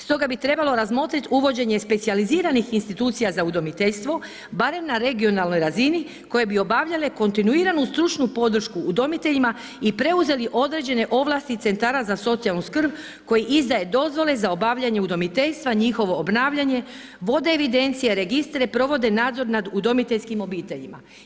Stoga bi trebalo razmotriti uvođenje specijaliziranih institucija za udomiteljstvo, barem na regionalnoj razini, koje bi obavljale kontinuiranu stručnu podršku udomiteljima i preuzeli određene ovlasti centara za socijalnu skrb koji izdaje dozvole za obavljanje udomiteljstva, njihovo obnavljanje, vode evidencije, registre, provode nadzor nad udomiteljskim obiteljima.